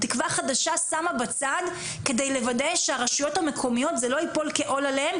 תקווה חדשה שמה בצד כדי לוודא שזה לא ייפול כעול על הרשויות המקומיות,